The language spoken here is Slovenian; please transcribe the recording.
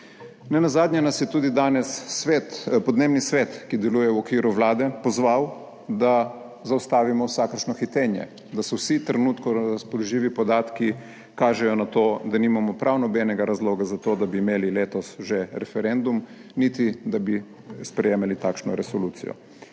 Nenazadnje nas je tudi danes Podnebni svet, ki deluje v okviru Vlade, pozval, da zaustavimo vsakršno hitenje, da vsi trenutno razpoložljivi podatki kažejo na to, da nimamo prav nobenega razloga za to, da bi imeli letos že referendum niti da bi sprejemali takšno resolucijo.